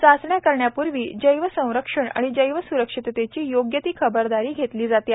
चाचण्या करण्यापूर्वी जैवसंरक्षण आणि जैवस्रक्षिततेची योग्य ती खबरदारी येथे घेतली जाते